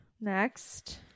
next